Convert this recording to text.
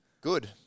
Good